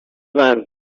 van